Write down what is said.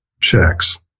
checks